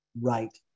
right